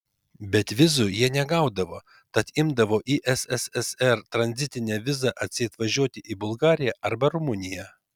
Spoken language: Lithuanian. bet vizų jie negaudavo tad imdavo į sssr tranzitinę vizą atseit važiuoti į bulgariją arba rumuniją